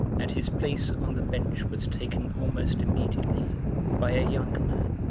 and his place on the bench was taken almost immediately by a young man,